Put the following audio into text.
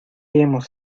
hemos